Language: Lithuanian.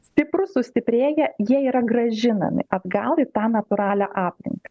stiprūs sustiprėję jie yra grąžinami atgal į tą natūralią aplinką